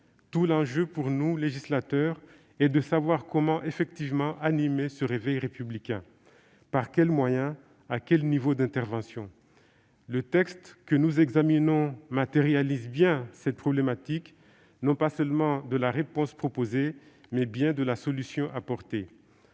Tout l'enjeu pour nous, législateurs, est de savoir comment animer effectivement ce réveil républicain. Par quels moyens ? À quel niveau d'intervention ? Le texte que nous examinons matérialise cette problématique non pas seulement de la réponse proposée, mais bien de la solution apportée.